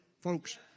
folks